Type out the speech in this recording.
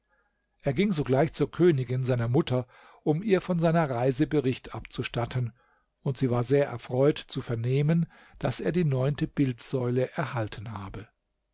er ging sogleich zur königin seiner mutter um ihr von seiner reise bericht abzustatten und sie war sehr erfreut zu vernehmen daß er die neunte bildsäule erhalten habe